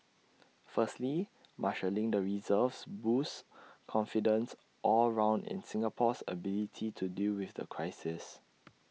firstly marshalling the reserves boosts confidence all round in Singapore's ability to deal with the crisis